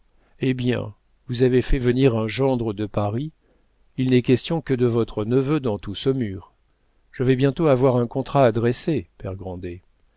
hé bien vous avez fait venir un gendre de paris il n'est question que de votre neveu dans tout saumur je vais bientôt avoir un contrat